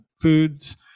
foods